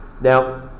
Now